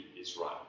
Israel